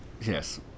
Yes